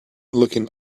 looking